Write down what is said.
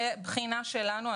בבחינה שלנו.